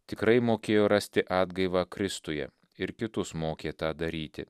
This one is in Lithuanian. tikrai mokėjo rasti atgaivą kristuje ir kitus mokė tą daryti